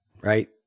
right